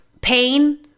pain